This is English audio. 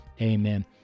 Amen